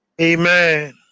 Amen